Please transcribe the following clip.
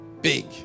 big